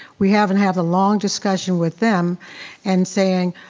we haven't had a long discussion with them and saying,